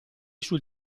sul